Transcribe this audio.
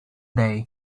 day